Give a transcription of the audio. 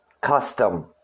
custom